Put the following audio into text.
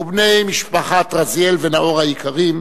ובני משפחת רזיאל ונאור היקרים,